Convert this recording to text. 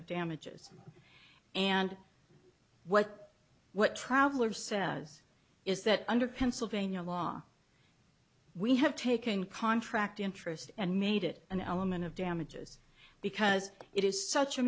of damages and what what traveler says is that under pennsylvania law we have taken contract interest and made it an element of damages because it is such a